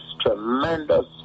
tremendous